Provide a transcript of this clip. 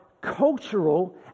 cultural